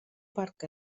parc